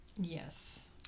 Yes